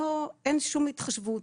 אין שום התחשבות.